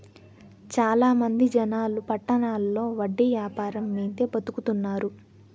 చాలా మంది జనాలు పట్టణాల్లో వడ్డీ యాపారం మీదే బతుకుతున్నారు